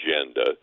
agenda